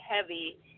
heavy